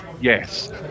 Yes